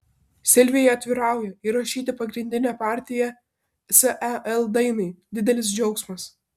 silvija atvirauja įrašyti pagrindinę partiją sel dainai didelis džiaugsmas